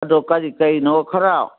ꯑꯗꯣ ꯀꯔꯤ ꯀꯔꯤꯅꯣ ꯈꯔ